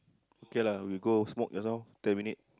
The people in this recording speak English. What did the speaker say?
okay lah we go smoke just now ten minute